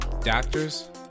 Doctors